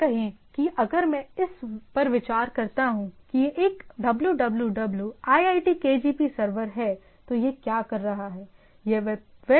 यह कहें कि अगर मैं इस पर विचार करता हूं कि यह एक www iitkgp सर्वर है तो यह क्या कर रहा है